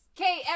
okay